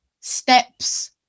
steps